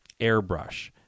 airbrush